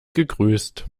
gegrüßt